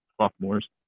sophomores